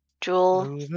jewel